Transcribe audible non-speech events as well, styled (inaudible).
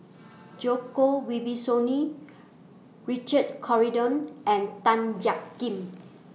(noise) Djoko Wibisono Richard Corridon and Tan Jiak Kim